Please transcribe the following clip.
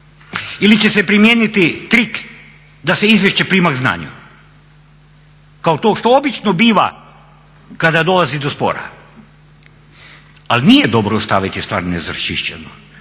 ili će se primijeniti trik da se izvješće prima k znanju, kao to što obično biva kada dolazi do spora. Ali nije dobro ostaviti stvari neraščišćeno